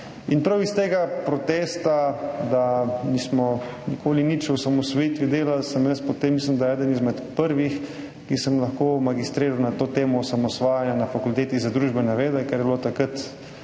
In prav iz tega protesta, da nismo nikoli nič o osamosvojitvi delali, sem bil jaz potem, mislim, da eden izmed prvih, ki sem lahko magistriral na temo osamosvajanja na Fakulteti za družbene vede, kar je bilo takrat